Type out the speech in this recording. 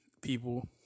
people